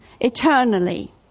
eternally